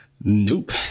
nope